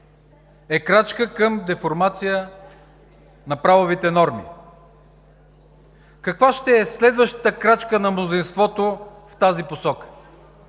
е крачка към деформация на правовите норми. Каква ще е следващата крачка на мнозинството в тази посока?